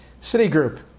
Citigroup